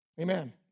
amen